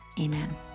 Amen